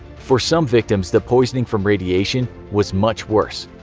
for some victims, the poisoning from radiation was much worse.